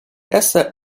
essa